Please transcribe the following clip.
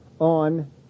on